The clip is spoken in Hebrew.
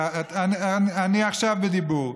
חבר הכנסת אייכלר, אני עכשיו בדיבור.